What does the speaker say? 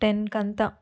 టెన్కంతా